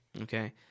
Okay